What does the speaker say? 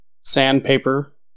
sandpaper